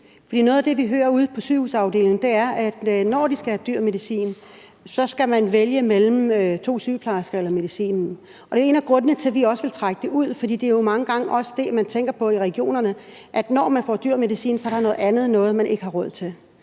noget af det, vi hører ude på sygehusafdelingerne, er, at man, når man skal have dyr medicin, så skal vælge mellem to sygeplejersker eller medicinen, og det er også en af grundene til, at vi vil trække det ud. For det er jo mange gange også det, man tænker på i regionerne, altså at der, når man får dyr medicin, så er noget andet, man ikke har råd til.